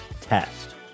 test